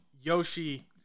Yoshi